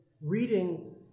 reading